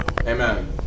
Amen